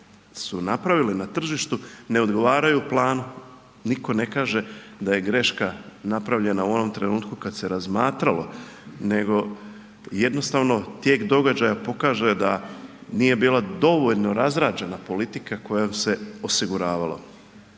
su napravili na tržištu ne odgovaraju planu. Nitko ne kaže da je greška napravljena u onom trenutku kad se razmatralo, nego jednostavno, tijek događaja pokaže da nije bila dovoljno razrađena politika kojom se osiguravalo